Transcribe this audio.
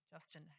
Justin